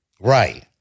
Right